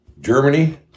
Germany